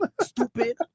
Stupid